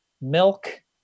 milk